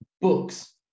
books